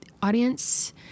audience